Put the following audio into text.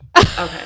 Okay